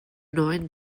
neuen